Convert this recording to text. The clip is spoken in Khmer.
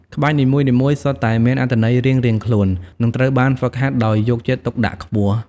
ក្បាច់នីមួយៗសុទ្ធតែមានអត្ថន័យរៀងៗខ្លួន និងត្រូវបានហ្វឹកហាត់ដោយយកចិត្តទុកដាក់ខ្ពស់។